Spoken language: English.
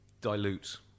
dilute